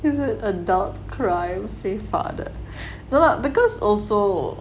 this is adult crime no lah because also